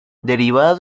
derivadas